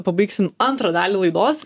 pabaigsim antrą dalį laidos